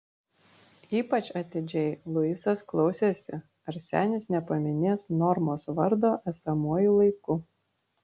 ypač atidžiai luisas klausėsi ar senis nepaminės normos vardo esamuoju laiku